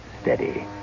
steady